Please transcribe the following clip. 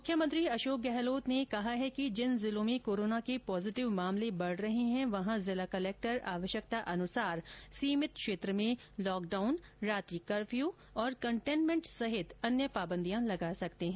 मुख्यमंत्री अशोक गहलोत ने कहा कि जिन जिलों में कोरोना के पॉजिटिव केसेज बढ़ रहे हैं वहां जिला कलेक्टर आवश्यकता अनुसार सीमित क्षेत्र में लॉकडाउन रात्रि कफ्यू कन्टेनमेंट सहित अन्य पाबंदिया लगा सकते हैं